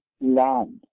land